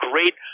great